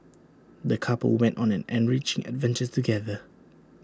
the couple went on an enriching adventure together